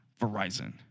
Verizon